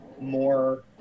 more